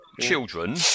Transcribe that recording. children